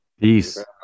Peace